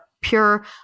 pure